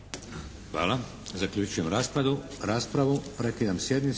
Hvala. Zaključujem raspravu.